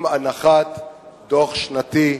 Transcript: עם הנחת דוח שנתי,